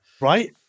Right